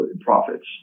profits